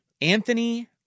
Anthony